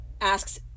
asks